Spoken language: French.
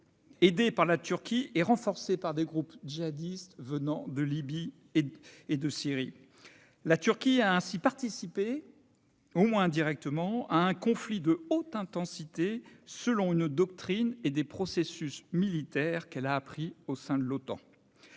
aidé par la Turquie et renforcé par des groupes djihadistes venant de Libye et de Syrie. La Turquie a ainsi participé, au moins indirectement, à un conflit de haute intensité selon une doctrine et des processus militaires qu'elle a appris au sein de